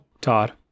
Todd